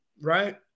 Right